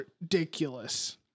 ridiculous